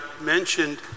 mentioned